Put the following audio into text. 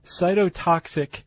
cytotoxic